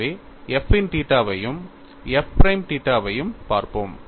எனவே f இன் தீட்டாவையும் f பிரைம் தீட்டாவையும் பார்ப்போம்